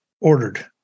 ordered